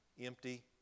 empty